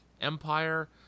Empire